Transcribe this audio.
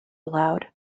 aloud